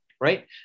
Right